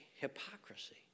hypocrisy